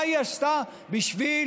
מה היא עשתה בשביל